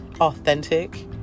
authentic